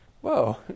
whoa